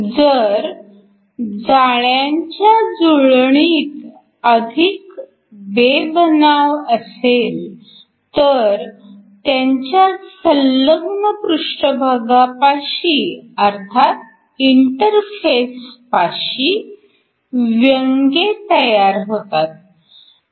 जर जाळ्यांची जुळणीत अधिक बेबनाव असेल तर त्यांच्या संलग्न पृष्ठभागापाशी अर्थात इंटरफेसपाशी व्यंगे तयार होतात